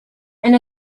and